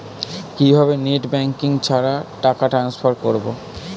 কিভাবে net banking ছাড়া টাকা টান্সফার করব?